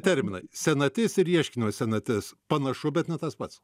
terminai senatis ir ieškinio senatis panašu bet ne tas pats